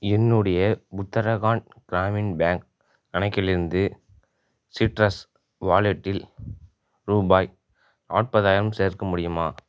என்னுடைய உத்தரகாண்ட் கிராமின் பேங்க் கணக்கிலிருந்து சிட்ரஸ் வாலெட்டில் ரூபாய் நாற்பதாயிரம் சேர்க்க முடியுமா